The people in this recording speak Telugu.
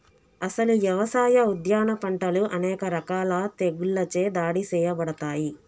అసలు యవసాయ, ఉద్యాన పంటలు అనేక రకాల తెగుళ్ళచే దాడి సేయబడతాయి